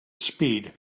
speed